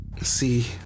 See